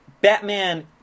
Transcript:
Batman